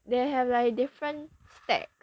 they have like different stack